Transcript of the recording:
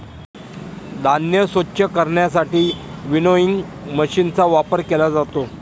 धान्य स्वच्छ करण्यासाठी विनोइंग मशीनचा वापर केला जातो